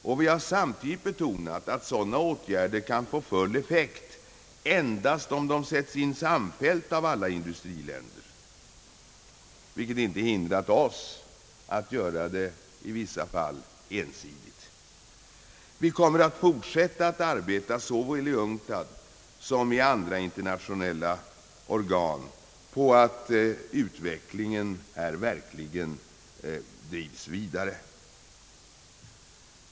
Samtidigt har vi betonat att sådana åtgärder kan få full effekt endast om de sätts in samfällt av alla industriländer — vilket inte hindrat oss att i vissa fall vidta åtgärderna ensidigt. Vi kommer att fortsätta att arbeta såväl i UNCTAD som i andra internationella organ på att utvecklingen härvidlag verkligen drivs vidare.